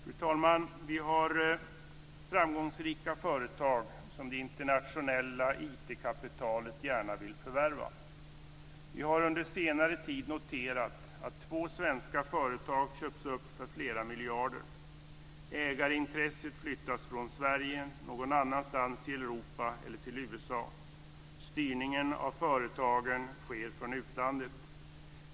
Fru talman! Sverige har framgångsrika företag, som det internationella IT-kapitalet gärna vill förvärva. Ägarintresset flyttas från Sverige någon annanstans i Europa eller till USA. Styrningen av företagen sker från utlandet.